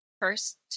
first